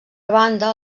banda